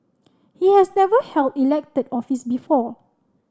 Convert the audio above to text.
he has never held elected office before